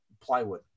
plywood